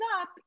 up